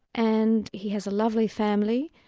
and he has a lovely family,